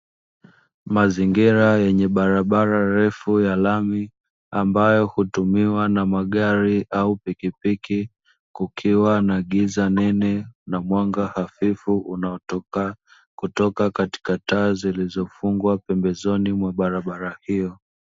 Mazingira yenye barabara ndefu ya lami, ambayo hutumiwa na magari au pikipiki, kukiwa na giza nene na mwanga hafifu unaotoka kutoka katika taa zilizofungwa pembezoni mwa barabara hiyo.